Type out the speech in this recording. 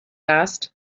asked